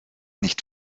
nicht